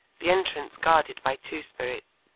the entrance guarded by two spirits,